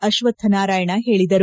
ಅಶ್ವಕ್ಥನಾರಾಯಣ್ ಹೇಳಿದರು